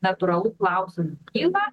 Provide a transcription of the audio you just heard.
natūralu klausimai kyla